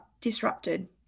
disrupted